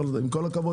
עם כל הכבוד,